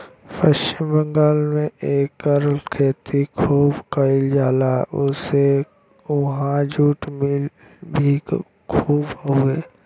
पश्चिम बंगाल में एकर खेती खूब कइल जाला एसे उहाँ जुट मिल भी खूब हउवे